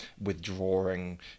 withdrawing